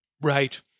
Right